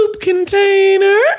container